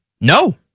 No